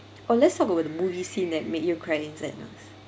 or let's talk about the movie scene that made you cry in sadness